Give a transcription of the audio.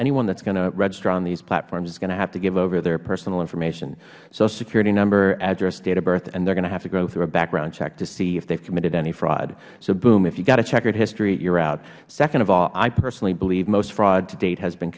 anyone that's going to register on these platforms is going to have to give over their personal information social security number address date of birth and they're going to have go through a background check to see if they've committed any fraud so boom if you've got a checkered history you're out second of all i personally believe most fraud to date has been